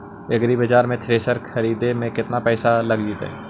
एग्रिबाजार से थ्रेसर खरिदे में केतना पैसा लग जितै?